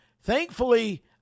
thankfully